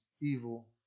evil